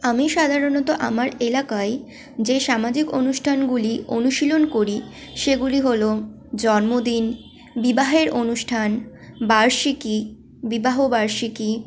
আমি সাধারণত আমার এলাকায় যে সামাজিক অনুষ্ঠানগুলি অনুশীলন করি সেগুলি হলো জন্মদিন বিবাহের অনুষ্ঠান বার্ষিকী বিবাহ বার্ষিকী